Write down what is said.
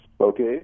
Okay